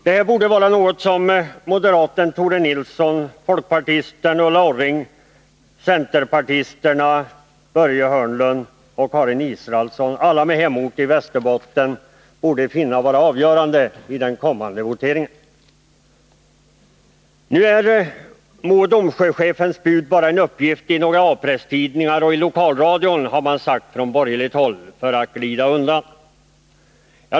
Det här borde vara något som moderaten Tore Nilsson, folkpartisten Ulla Orring och centerpartisterna Börje Hörnlund och Karin Israelsson, alla med hemort i Västerbotten, borde finna avgörande i den kommande voteringen. Nu är Mo och Domsjö-chefens bud bara en uppgift i några A presstidningar och i lokalradion, har man sagt från borgerligt håll för att glida undan.